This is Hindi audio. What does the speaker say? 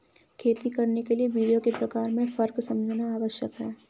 खेती करने के लिए बीजों के प्रकार में फर्क समझना आवश्यक है